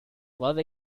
love